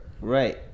Right